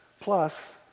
plus